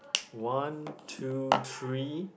one two three